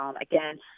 again